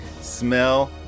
smell